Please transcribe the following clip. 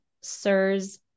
SIRS